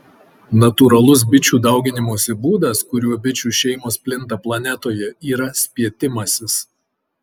natūralus bičių dauginimosi būdas kuriuo bičių šeimos plinta planetoje yra spietimasis